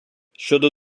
щодо